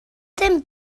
dim